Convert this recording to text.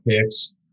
picks